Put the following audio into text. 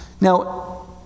Now